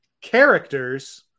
characters